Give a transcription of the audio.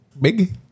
big